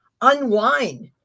unwind